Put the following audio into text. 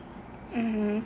mm